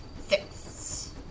Six